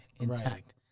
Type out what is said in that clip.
intact